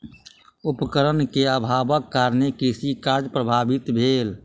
उपकरण के अभावक कारणेँ कृषि कार्य प्रभावित भेल